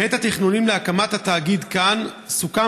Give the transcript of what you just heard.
בעת התכנונים להקמת התאגיד "כאן" סוכם